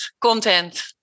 content